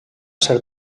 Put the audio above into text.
ser